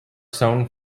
sown